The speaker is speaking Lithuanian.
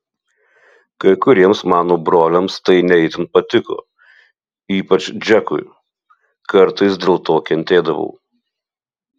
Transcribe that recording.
kai kuriems mano broliams tai ne itin patiko ypač džekui kartais dėl to kentėdavau